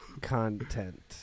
Content